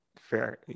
fair